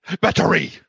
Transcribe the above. battery